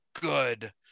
good